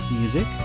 music